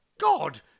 God